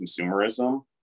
consumerism